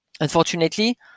Unfortunately